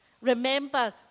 remember